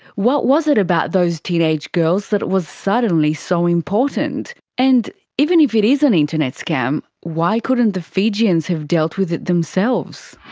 what was it about those teenage girls that was suddenly so important? and even if it is an internet scam, why couldn't the fijians have dealt with it themselves?